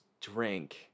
drink